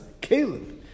Caleb